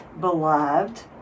beloved